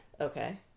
Okay